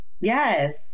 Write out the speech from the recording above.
Yes